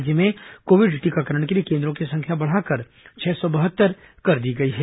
राज्य में कोविड टीकाकरण के लिए केन्द्रों की संख्या बढ़ाकर छह सौ बहत्तर कर दी गई है